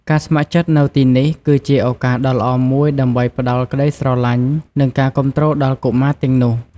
ការស្ម័គ្រចិត្តនៅទីនេះ គឺជាឱកាសដ៏ល្អមួយដើម្បីផ្ដល់ក្ដីស្រឡាញ់ និងការគាំទ្រដល់កុមារទាំងនោះ។